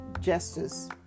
justice